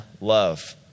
love